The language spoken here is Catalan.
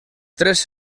tres